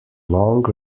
long